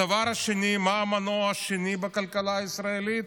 הדבר השני, מה המנוע השני בכלכלה הישראלית?